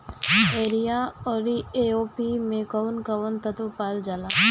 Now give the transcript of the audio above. Urea औरी AOP मै कौवन कौवन तत्व पावल जाला?